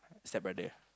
stepbrother